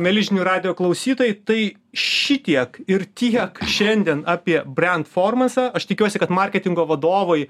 mieli žinių radijo klausytojai tai šitiek ir tiek šiandien apie brentformansą aš tikiuosi kad marketingo vadovai